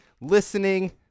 listening